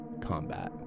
combat